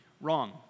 Wrong